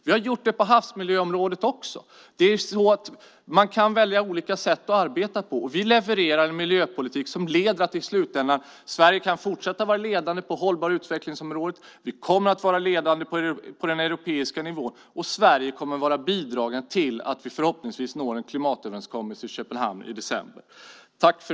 Vi har gjort det på havsmiljöområdet också. Man kan välja olika sätt att arbeta på. Vi levererar en miljöpolitik som leder till att Sverige i slutändan kan fortsätta att vara ledande på området hållbar utveckling. Vi kommer att vara ledande på den europeiska nivån. Och Sverige kommer att bidra till att vi förhoppningsvis når en klimatöverenskommelse i Köpenhamn i december.